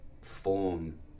form